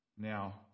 now